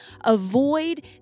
avoid